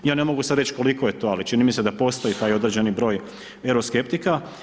Ja ne mogu sada reći koliko je to ali čini mi se da postoji taj određeni broj euroskeptika.